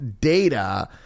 data